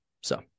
So-